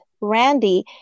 Randy